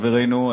חברנו,